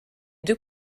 deux